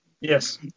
Yes